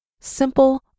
simple